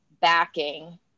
backing